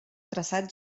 traçat